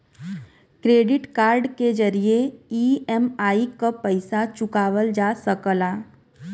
credit card के जरिये EMI क पइसा चुकावल जा सकला